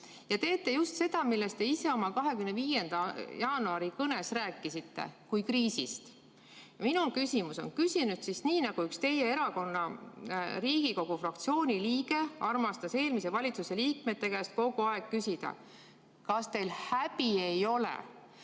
ja teete just seda, millest te ise oma 25. jaanuari kõnes rääkisite kui kriisist. Minu küsimus on – ma küsin siis nii, nagu üks teie erakonna Riigikogu fraktsiooni liige armastas eelmise valitsuse liikmete käest kogu aeg küsida. Kas teil häbi ei ole?